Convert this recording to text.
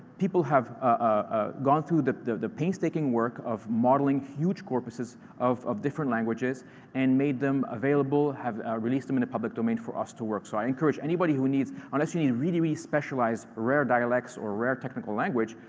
people have ah gone through the the painstaking work of modeling huge corpuses of of different languages and made them available, have released them in the public domain for us to work. so i encourage anybody who needs unless you need really, really specialized, rare dialects or rare technical language,